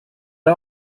der